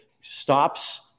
stops